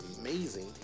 amazing